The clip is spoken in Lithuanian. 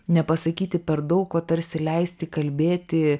nepasakyti per daug o tarsi leisti kalbėti